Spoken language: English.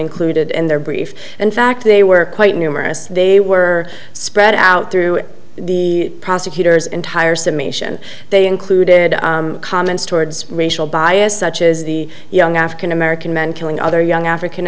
included in their brief and fact they were quite numerous they were spread out through the prosecutor's entire summation they included comments towards racial bias such as the young african american men killing other young african